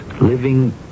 living